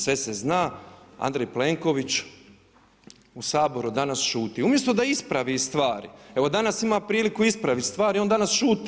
Sve se zna, Andrej Plenković u Saboru danas šuti umjesto da ispravi stvari, evo danas ima priliku ispraviti stvari, on danas šuti.